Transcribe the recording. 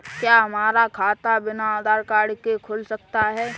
क्या हमारा खाता बिना आधार कार्ड के खुल सकता है?